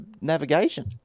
navigation